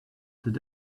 that